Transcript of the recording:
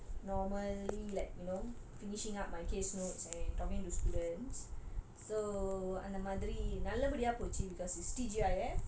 normally like you know finishing up my case notes and talking to students so அந்த மாரி நல்லபடியா போச்சு:antha maari nalla padiya pochu because it's T_G_I_F